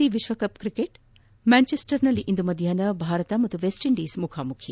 ICC ವಿಶ್ವಕಪ್ cricket ಮ್ಯಾಂಚೆಸ್ಟರ್ನಲ್ಲಿಂದು ಮಧ್ಯಾಹ್ನ ಭಾರತ ವೆಸ್ಟ್ಇಂಡೀಸ್ ಮುಖಾಮುಖಿ